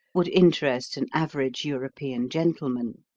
would interest an average european gentleman.